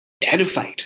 terrified